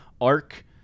Arc